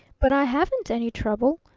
but i haven't any trouble,